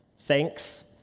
thanks